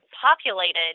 populated